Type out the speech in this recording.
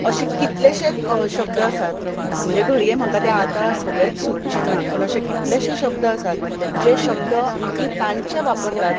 अशे कितलेशेंच शब्द आसात म्हणजे घडये म्हाका ते आतां सगळे सुचचें नात पूण अशे कितलेशेंच शब्द आसात जे शब्द आमी तांचे वापरतात